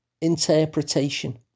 interpretation